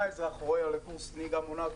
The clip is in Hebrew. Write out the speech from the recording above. מה האזרח רואה על קורס הנהיגה המונעת?